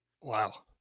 Wow